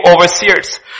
overseers